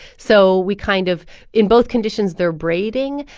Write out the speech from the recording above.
so we kind of in both conditions, they're braiding.